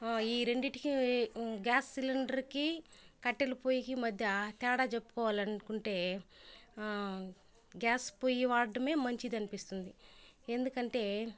ఈ రెండింటికి గ్యాస్ సిలిండర్కి కట్టెలు పొయ్యకి మధ్య తేడా చెప్పుకోవాలనుకుంటే గ్యాస్ పొయ్యి వాడడమే మంచిదనిపిస్తుంది ఎందుకంటే